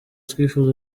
twifuza